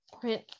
print